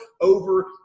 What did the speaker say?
over